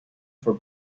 for